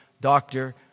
Doctor